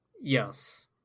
Yes